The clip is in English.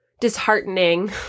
disheartening